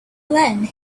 then